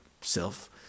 self